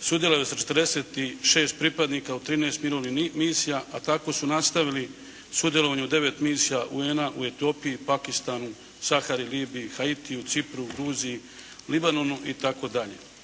sudjelovale sa 46 pripadnika u 13 mirovnih misija, a tako su nastavili sudjelovanje u 9 misija UN-a, u Etopiji, Pakistanu, Sahari, Libiji, Haitiu, Cipru, Gruziji, Libanonu itd.